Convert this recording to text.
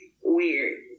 weird